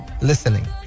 Listening